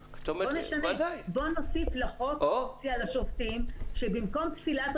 בוא נוסיף לחוק אופציה לשופטים שבמקום פסילה,